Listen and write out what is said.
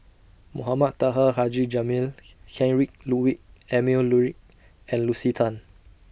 Mohamed Taha Haji Jamil Heinrich Ludwig Emil Luering and Lucy Tan